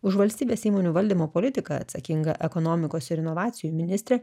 už valstybės įmonių valdymo politiką atsakinga ekonomikos ir inovacijų ministrė